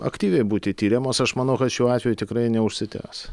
aktyviai būti tiriamos aš manau kad šiuo atveju tikrai neužsitęs